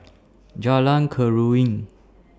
Jalan Keruing